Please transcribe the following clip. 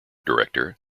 director